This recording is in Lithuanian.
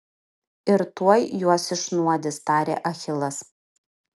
ir tuoj juos išnuodys tarė achilas